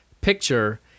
Picture